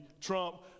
Trump